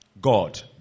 God